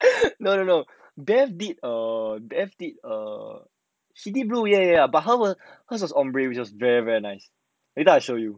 no no no deff did err deff did err shiny blue ya ya ya but 他们好像是 ombre 的 leh which was very very nice eh later I show you